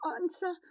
answer